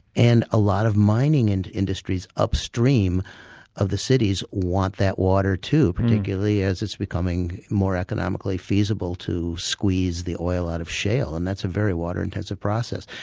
and a lot of mining and industries upstream of the cities want that water too, particularly as it's becoming more economically feasible to squeeze the oil out of shale and that's a very water-intensive process.